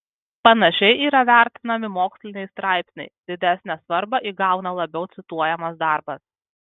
panašiai yra vertinami moksliniai straipsniai didesnę svarbą įgauna labiau cituojamas darbas